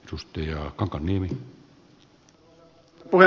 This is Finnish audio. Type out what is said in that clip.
arvoisa herra puhemies